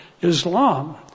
Islam